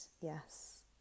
yes